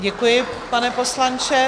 Děkuji, pane poslanče.